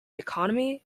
economy